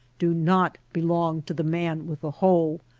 do not belong to the man with the hoe,